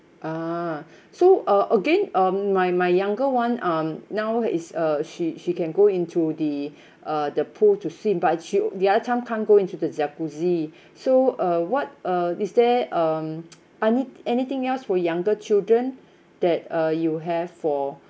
ah so uh again um my my younger one um now is uh she she can go into the uh the pool to swim but actua~ the other time can't go into the jacuzzi so uh what uh is there um any~ anything else for younger children that uh you have for